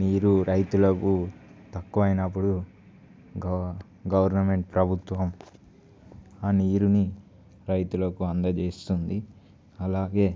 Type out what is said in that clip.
నీరు రైతులకు తక్కువ అయినప్పుడు గవ గవర్నమెంట్ ప్రభుత్వం ఆ నీరుని రైతులకు అందజేస్తుంది అలాగే